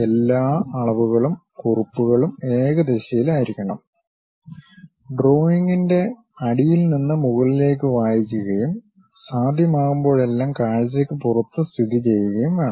എല്ലാ അളവുകളും കുറിപ്പുകളും ഏകദിശയിലായിരിക്കണം ഡ്രോയിംഗിന്റെ അടിയിൽ നിന്ന് മുകളിലേക്ക് വായിക്കുകയും സാധ്യമാകുമ്പോഴെല്ലാം കാഴ്ചയ്ക്ക് പുറത്ത് സ്ഥിതിചെയ്യുകയും വേണം